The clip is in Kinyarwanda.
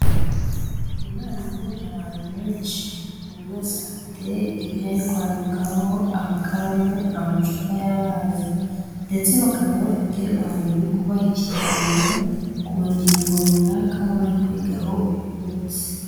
Inama ihuje abantu benshi, buri wese afite ibyo ari kwandikaho, amakaramu, amacupa y'amazi ndetse bakaba bafite umuntu uri kubaha ikiganiro ku ngingo runaka bari kwigaho uyu munsi.